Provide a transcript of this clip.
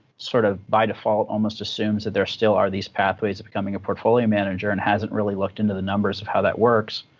sort of by default, almost assumes that there still are these pathways to becoming a portfolio manager, and hasn't really looked into the numbers of how that works.